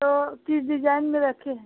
तो किस डिजाइन में रखे हैं